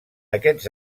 aquests